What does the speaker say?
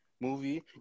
movie